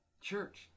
church